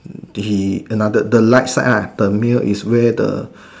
did he another the the right side lah the male is where the